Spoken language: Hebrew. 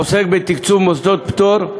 העוסק בתקצוב מוסדות פטור,